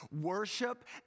Worship